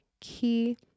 key